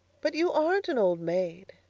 but you aren't an old maid,